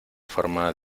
forma